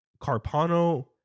Carpano